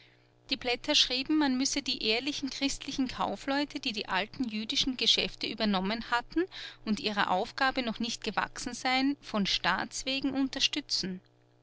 die blätter schrieben man müsse die ehrlichen christlichen kaufleute die die alten jüdischen geschäfte übernommen hatten und ihrer aufgabe noch nicht gewachsen seien von staats wegen unterstützen